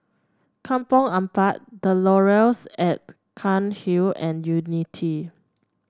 Kampong Ampat The Laurels at Cairnhill and Unity